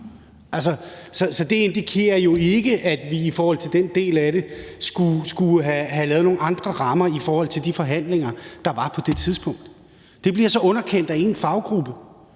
Så det indikerer jo ikke, at vi i forhold til den del af det skulle have lavet nogle andre rammer for de forhandlinger, der var på det tidspunkt. Det bliver så underkendt af én faggruppe.